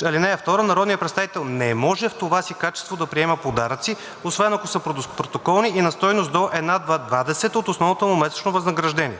„(2) Народният представител не може в това си качество да приема подаръци, освен ако са протоколни и на стойност до една двадесета от основното му месечно възнаграждение.